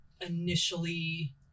Initially